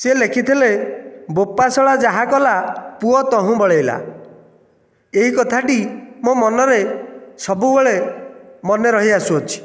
ସେ ଲେଖିଥିଲେ ବୋପା ଶଳା ଯାହା କଲା ପୁଅ ତହୁଁ ବଳେଇଲା ଏହି କଥାଟି ମୋ ମନରେ ସବୁବେଳେ ମନେ ରହିଆସୁଅଛି